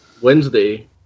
Wednesday